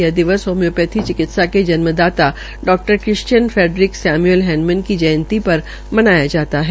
यह दिवस होम्योपैथी चिकित्सा के जन्मदाता Dr Christian Friedrich Samuel Hahnemann की जयंती पर मनाया जाता है